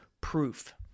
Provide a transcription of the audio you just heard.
proof